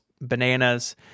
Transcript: bananas